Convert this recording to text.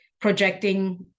projecting